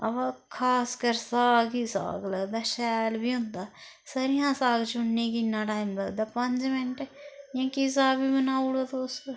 अवा खासकर साग ही साग लगदा शैल बी होंदा सरे'आं साग चुनने गी इन्ना टाइम लगदा पंज मैंट्ट जां किसा दा बी बनाउड़ो तुस